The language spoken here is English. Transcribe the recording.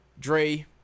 Dre